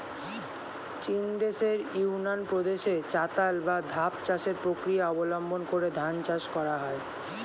চীনদেশের ইউনান প্রদেশে চাতাল বা ধাপ চাষের প্রক্রিয়া অবলম্বন করে ধান চাষ করা হয়